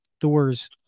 Thor's